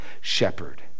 shepherd